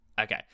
Okay